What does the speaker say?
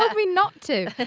ah me not to.